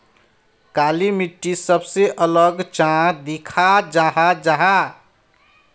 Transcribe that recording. काली मिट्टी सबसे अलग चाँ दिखा जाहा जाहा?